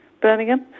Birmingham